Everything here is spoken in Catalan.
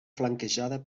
flanquejada